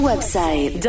Website